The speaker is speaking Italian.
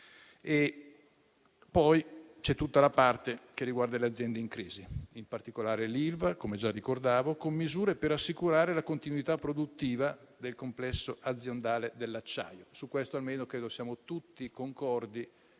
poi tutta la parte che riguarda le aziende in crisi, in particolare l'Ilva, come già ricordavo, con misure per assicurare la continuità produttiva del complesso aziendale dell'acciaio. Credo che siamo tutti concordi